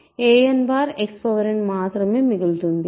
కాబట్టిa nXn మాత్రమే మిగులుతుంది